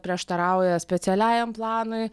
prieštarauja specialiajam planui